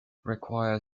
require